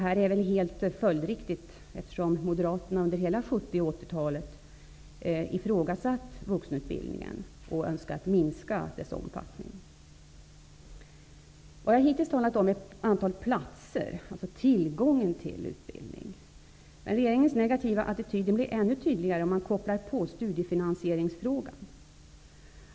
Det är väl helt följdriktigt, eftersom Moderaterna under hela 70 och 80-talet ifrågasatt vuxenutbildningen och önskat minska dess omfattning. Jag har hittills talat om antalet platser -- alltså tillgången till utbildning. Regeringens negativa attityd blir ännu tydligare om man kopplar på studiefinansieringsfrågan.